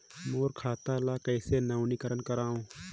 मोर खाता ल कइसे नवीनीकरण कराओ?